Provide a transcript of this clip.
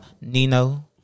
Nino